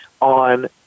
on